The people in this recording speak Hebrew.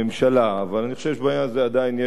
אני חושב שבעניין הזה עדיין יש הבחנה,